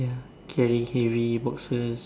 carry heavy boxes